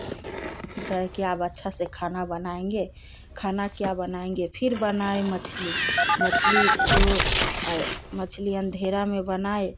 कहे क्या अब अच्छा से खाना बनाएँगे खाना क्या बनाएँगे फिर बनाए मछली मछली तो अए मछली अंधेरा में बनाए